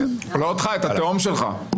את התאום שלך.